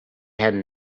had